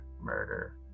murder